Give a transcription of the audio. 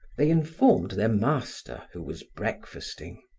they informed their master, who was breakfasting.